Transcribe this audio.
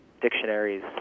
dictionaries